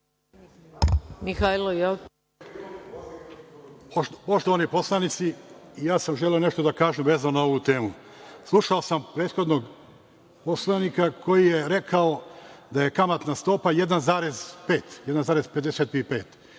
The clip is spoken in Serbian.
**Mihailo Jokić** Poštovani poslanici, i ja sam želeo nešto da kažem vezano za ovu temu. Slušao sam prethodnog poslanika koji je rekao da je kamatna stopa 1,55%.